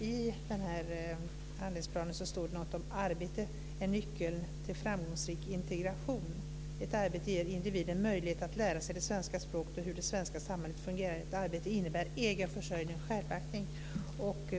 I handlingsplanen står det något om att arbete är nyckeln till framgångsrik integration. Ett arbete ger individen möjlighet att lära sig det svenska språket och hur det svenska samhället fungerar. Ett arbete innebär egen försörjning och självaktning.